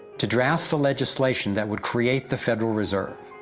to draft the legislation that would create the federal reserve.